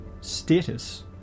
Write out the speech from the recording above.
status